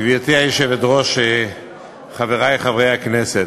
גברתי היושבת-ראש, חברי חברי הכנסת,